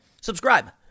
subscribe